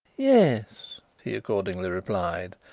yes, he accordingly replied,